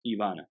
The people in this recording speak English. Ivana